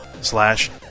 slash